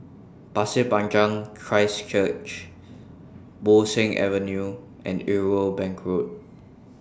Pasir Panjang Christ Church Bo Seng Avenue and Irwell Bank Road